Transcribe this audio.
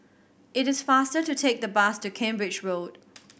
it is faster to take the bus to Cambridge Road